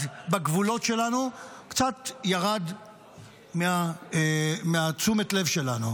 בגבולות שלנו קצת ירד מתשומת הלב שלנו: